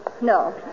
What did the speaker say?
No